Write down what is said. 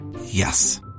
Yes